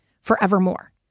forevermore